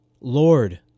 Lord